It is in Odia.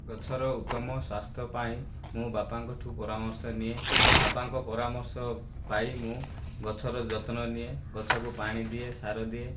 ଗଛର ଉତ୍ତମ ସ୍ୱାସ୍ଥ୍ୟ ପାଇଁ ମୁଁ ବାପାଙ୍କ ଠୁ ପରାମର୍ଶ ନିଏ ବାପାଙ୍କ ପରାମର୍ଶ ପାଇ ମୁଁ ଗଛର ଯତ୍ନ ନିଏ ଗଛକୁ ପାଣି ଦିଏ ସାର ଦିଏ